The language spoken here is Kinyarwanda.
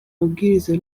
mabwiriza